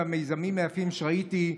המיזמים היפים שראיתי,